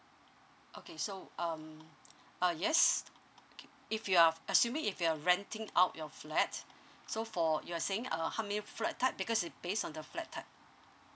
okay so um ah yes if you are assuming if you're renting out your flat so for you are saying uh how may flat type because is based on the flat type